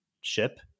ship